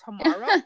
tomorrow